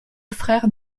frère